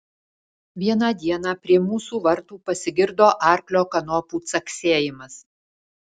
vieną dieną prie mūsų vartų pasigirdo arklio kanopų caksėjimas